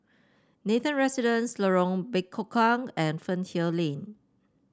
Nathan Residences Lorong Bekukong and Fernvale Lane